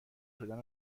شدن